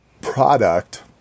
product